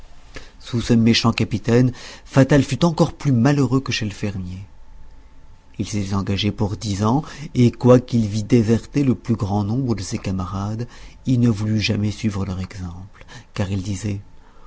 sous ce méchant capitaine fatal fut encore plus malheureux que chez le fermier il s'était engagé pour dix ans et quoiqu'il vît déserter le plus grand nombre de ses camarades il ne voulut jamais suivre leur exemple car il disait